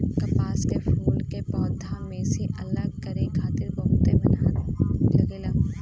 कपास के फूल के पौधा में से अलग करे खातिर बहुते मेहनत लगेला